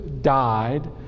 died